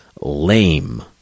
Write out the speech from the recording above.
lame